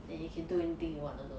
then you can do anything you want also